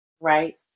right